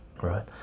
Right